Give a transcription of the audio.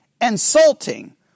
insulting